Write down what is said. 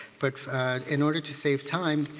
but in order to save time,